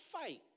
fight